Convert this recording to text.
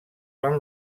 van